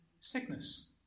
sickness